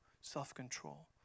self-control